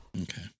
Okay